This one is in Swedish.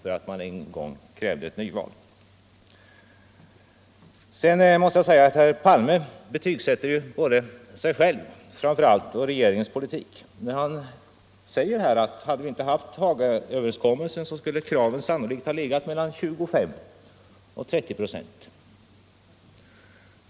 Sedan betygsätter herr Palme både sig själv och regeringens politik när han uttalar att hade vi inte haft Hagaöverenskommelsen skulle kraven i löneförhandlingarna sannolikt ha legat mellan 25 och 30 procent.